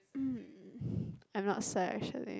mm I'm not sad actually